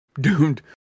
Doomed